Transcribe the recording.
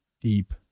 deep